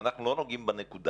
אבל אנחנו לא נוגעים בנקודה.